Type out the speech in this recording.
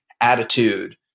attitude